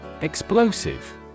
Explosive